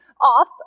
off